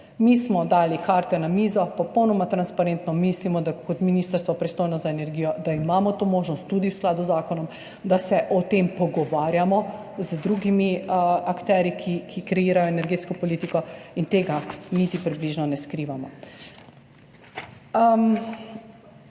Mi smo dali karte na mizo popolnoma transparentno. Mislimo, da kot ministrstvo, pristojno za energijo, imamo to možnost, tudi v skladu z zakonom, da se o tem pogovarjamo z drugimi akterji, ki kreirajo energetsko politiko, in tega niti približno ne skrivamo.